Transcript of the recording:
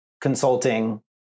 consulting